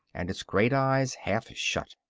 and its great eyes half shut.